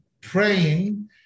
praying